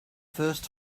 first